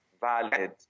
valid